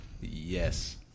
Yes